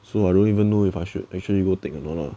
so I don't even know if I should actually go or not lah